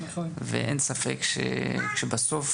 ואין ספק שבסוף